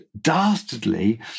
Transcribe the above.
dastardly